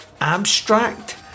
abstract